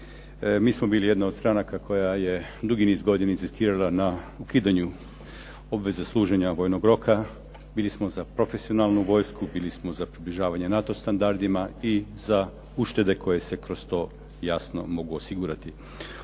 Mi smo bili jedna od stranaka koja je dugi niz godina inzistirala na ukidanju obveze služenja vojnog roka, bili smo za profesionalnu vojsku, bili smo za približavavanje NATO standardima, i za uštede koje se kroz to jasno mogu osigurati.